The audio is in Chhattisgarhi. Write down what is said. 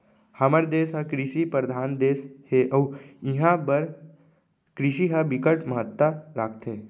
हमर देस ह कृषि परधान देस हे अउ इहां बर कृषि ह बिकट महत्ता राखथे